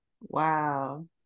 Wow